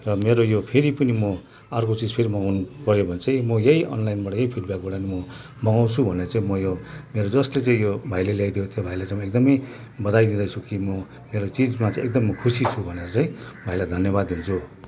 र मेरो यो फेरि पनि म अर्को चिज फेरि मगाउनु पर्यो भने चाहिँ म यही अनलाइनबाट फ्लिपकार्टबाट नै म मगाउँछु भन्ने चाहिँ म यो मेरो जसले चाहिँ यो भाइले ल्याइदिएको थियो भाइले चाहिँ एकदम बधाई दिँदछु कि म मेरो चिजमा चाहिँ एकदम म खुसी छु भनेर चाहिँ भाइलाई धन्यवाद दिन्छु